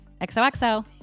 XOXO